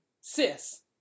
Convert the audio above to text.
Sis